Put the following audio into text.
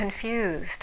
confused